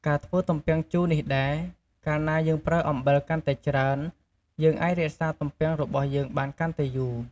ការធ្វើទំពាំងជូរនេះដែរ កាលណាយើងប្រើអំបិលកាន់តែច្រើន យើងអាចរក្សាទំពាំងរបស់យើងបានកាន់តែយូរ។